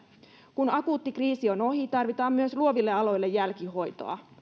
kun akuutti kriisi on ohi tarvitaan myös luoville aloille jälkihoitoa